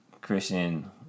Christian